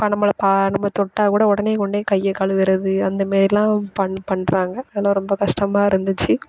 இப்போ நம்பளை பா நம்ப தொட்டால் கூட உடனே கொண்டு போய் கையை கழுவுறது அந்த மாதிரிலாம் பண் பண்ணுறாங்க அதெலாம் ரொம்ப கஷ்டமாக இருந்துச்சு